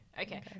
Okay